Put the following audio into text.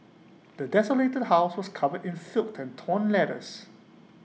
the desolated house was covered in filth and torn letters